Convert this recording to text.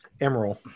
emerald